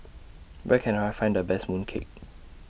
Where Can I Find The Best Mooncake